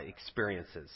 experiences